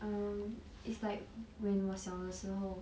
um it's like when 我小的时候